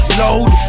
load